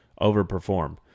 overperform